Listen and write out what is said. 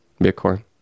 Bitcoin